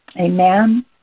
Amen